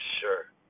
Sure